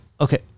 Okay